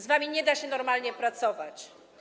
Z wami nie da się normalnie pracować.